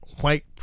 White